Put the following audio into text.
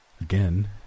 Again